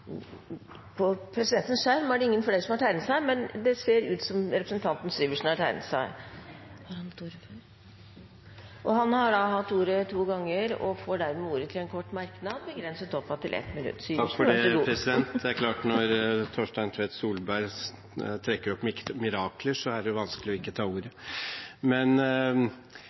på det rette sporet igjen. Representanten Hans Olav Syversen har hatt ordet to ganger tidligere i debatten og får ordet til en kort merknad, begrenset til 1 minutt. Det er klart at når Torstein Tvedt Solberg trekker opp mirakler, er det vanskelig ikke å ta ordet.